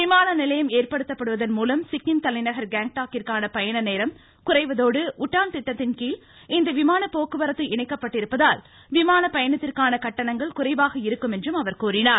விமான நிலையம் ஏற்படுத்தப்பட்டிருப்பதன் மூலம் சிக்கிம் தலைநகர் கேங் டாக்கிற்கான பயண நேரம் குறைவதோடு உடான் திட்டத்தின்கீழ் இந்த விமான போக்குவரத்து இணைக்கப்பட்டிருப்பதால் விமான பயணத்திற்கான கட்டணங்கள் குறைவாக இருக்கும் என்று கூறினார்